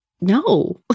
No